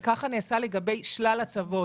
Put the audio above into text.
וכך נעשה לגבי שלל הטבות.